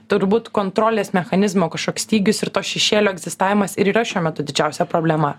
turbūt kontrolės mechanizmo kažkoks stygius ir to šešėlio egzistavimas ir yra šiuo metu didžiausia problema